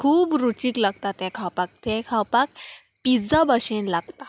खूब रुचीक लागता ते खावपाक तें खावपाक पिझ्झा भाशेन लागता